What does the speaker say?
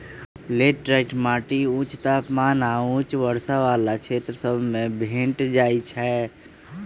laterite माटि उच्च तापमान आऽ उच्च वर्षा वला क्षेत्र सभ में भेंट जाइ छै